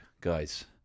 guys